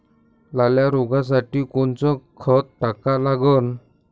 लाल्या रोगासाठी कोनचं खत टाका लागन?